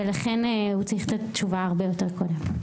ולכן הוא צריך את התשובה הרבה יותר קודם.